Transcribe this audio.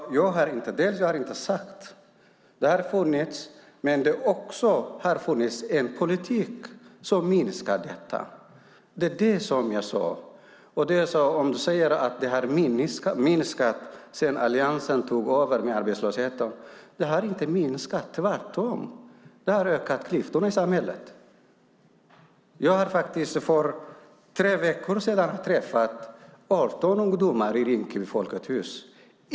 Det har alltid funnits brottslighet. Men det har också funnits en politik som har minskat den. Det var det som jag sade. Johan Linander säger att arbetslösheten har minskat sedan Alliansen tog över. Den har inte minskat, tvärtom, och den har ökat klyftorna i samhället. För tre veckor sedan träffade jag 18 ungdomar i Rinkeby Folkets Hus.